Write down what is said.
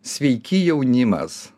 sveiki jaunimas